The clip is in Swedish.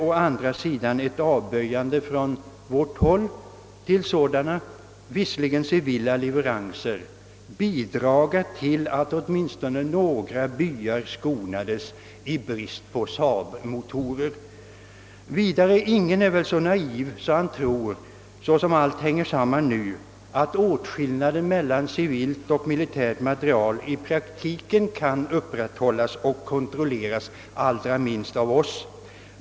Och skulle inte ett avböjande från vårt håll till sådana »civila» leveranser bidraga till att åtminstone några byar skonades i brist på Saabmotorer? Ingen kan väl heller vara så naiv att han tror, att åtskillnaden mellan civil och militär materiel i praktiken, såsom allt nu hänger samman, kan upprätthållas och kontrolleras, allra minst av oss.